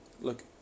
look